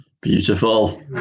beautiful